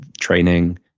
training